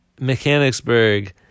mechanicsburg